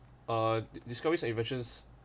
uh discoveries and inventions